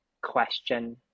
question